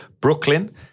Brooklyn